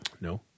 No